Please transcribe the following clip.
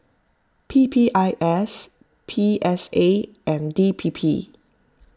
P P I S P S A and D P P